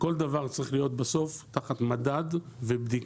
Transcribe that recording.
כל דבר צריך להיות בסוף תחת מדד ובדיקה,